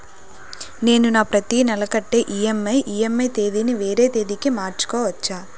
నేను నా ప్రతి నెల కట్టే ఈ.ఎం.ఐ ఈ.ఎం.ఐ తేదీ ని వేరే తేదీ కి మార్చుకోవచ్చా?